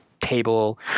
table